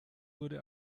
wurde